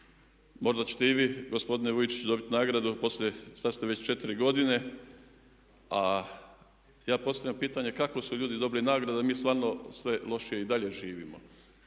Možda ćete i vi gospodine Vujčiću dobiti nagradu poslije, sad ste već 4 godine. A ja postavljam pitanje kako su ljudi dobili nagradu a mi stvarno sve lošije i dalje živimo.